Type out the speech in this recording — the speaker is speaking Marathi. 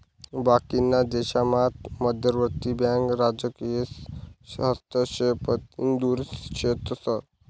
बाकीना देशामात मध्यवर्ती बँका राजकारीस हस्तक्षेपतीन दुर शेतस